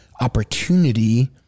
opportunity